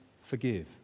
forgive